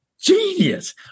genius